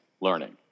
learning